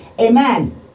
Amen